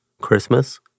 Christmas